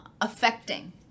affecting